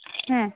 ಹ್ಞೂ